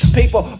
people